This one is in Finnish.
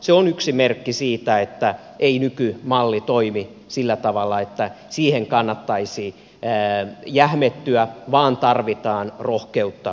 se on yksi merkki siitä että nykymalli ei toimi sillä tavalla että siihen kannattaisi jähmettyä vaan tarvitaan rohkeutta uudistaa